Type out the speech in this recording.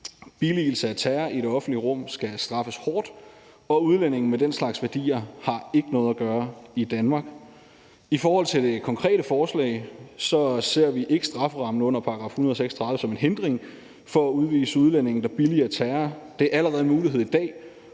Billigelse af terror i det offentlige rum skal straffes hårdt, og udlændinge med den slags værdier har ikke noget at gøre i Danmark. I forhold til det konkrete forslag ser vi ikke strafferammen i § 136 som en hindring for at udvise udlændinge, som billiger terror. Det er allerede en mulighed i dag